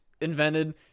invented